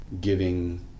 giving